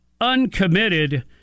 uncommitted